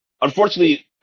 unfortunately